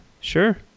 sure